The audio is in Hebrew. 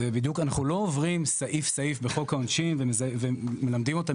אנחנו לא עוברים סעיף-סעיף בחוק העונשין ומלמדים אותם